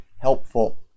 helpful